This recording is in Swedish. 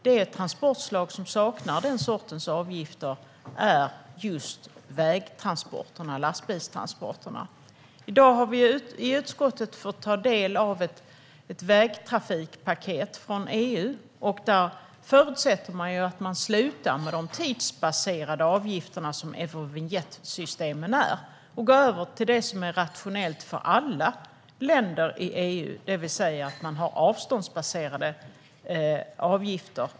Det transportslag som saknar den sortens avgifter är just vägtransporterna och lastbilstransporterna. I dag har vi i utskottet fått ta del av ett vägtrafikpaket från EU. Där förutsätts det att man slutar med de tidsbaserade avgifter som Eurovinjettsystemen innebär och går över till det som är rationellt för alla länder i EU, det vill säga avståndsbaserade avgifter.